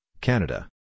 Canada